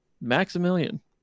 Maximilian